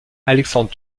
alexandre